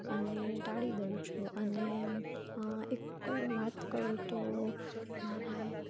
અને ટાળી દઉં છું અને એક વાત કરું તો મારા એક